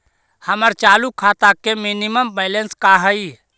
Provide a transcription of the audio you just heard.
हमर चालू खाता के मिनिमम बैलेंस का हई?